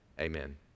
amen